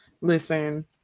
Listen